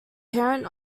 parent